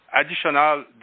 additional